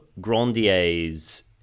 Grandier's